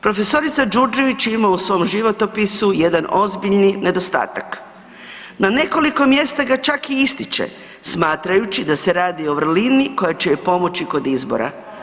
Profesorica Đurđević ima u svom životopisu jedna ozbiljni nedostatak, na nekoliko mjesta ga čak i ističe smatrajući da se radi o vrlini koja će joj pomoći kod izbora.